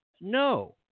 No